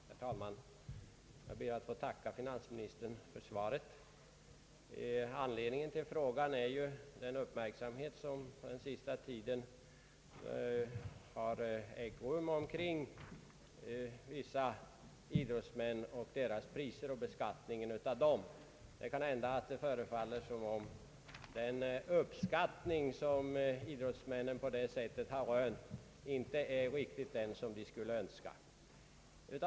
Herr talman! Jag ber att få tacka finansministern för svaret. Anledningen till frågan är ju den uppmärksamhet som på senaste tiden har uppstått kring vissa idrottsmän och deras priser och beskattningen av dem. Det förefaller som om den uppskattning som idrottsmännen på detta sätt rönt inte är riktigt den som de skulle ha önskat.